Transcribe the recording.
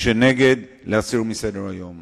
ההצעה להעביר את הנושא לוועדת